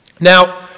now